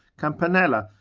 campanella,